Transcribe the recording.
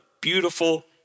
beautiful